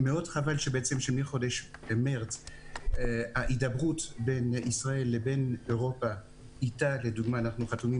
חבל שמחודש מרס ההידברות בין ישראל לאירופה איתה אנחנו חתומים